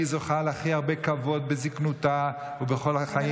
כי היא זוכה להכי הרבה כבוד בזקנתה ובכל החיים,